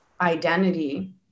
identity